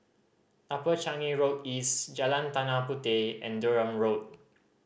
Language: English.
Upper Changi Road East Jalan Tanah Puteh and Durham Road